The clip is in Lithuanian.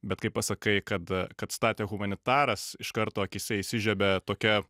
bet kai pasakai kad kad statė humanitaras iš karto akyse įsižiebia tokia